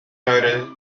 noted